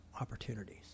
opportunities